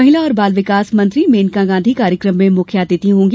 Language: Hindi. महिला और बाल विकास मंत्री मेनका गांधी कार्यक्रम में मुख्य अतिथि होंगी